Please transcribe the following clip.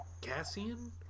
Cassian